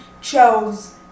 chose